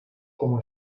como